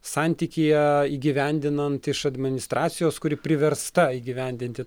santykyje įgyvendinant iš administracijos kuri priversta įgyvendinti